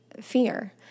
fear